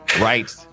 Right